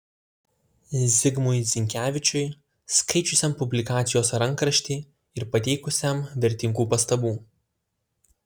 zigmui zinkevičiui skaičiusiam publikacijos rankraštį ir pateikusiam vertingų pastabų